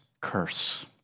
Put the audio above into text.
curse